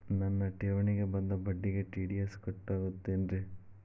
ನನ್ನ ಠೇವಣಿಗೆ ಬಂದ ಬಡ್ಡಿಗೆ ಟಿ.ಡಿ.ಎಸ್ ಕಟ್ಟಾಗುತ್ತೇನ್ರೇ?